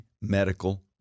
medical